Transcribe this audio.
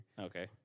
Okay